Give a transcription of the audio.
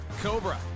Cobra